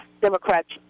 Democrats